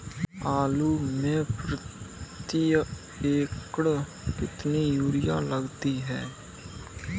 आलू में प्रति एकण कितनी यूरिया लगती है?